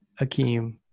Akeem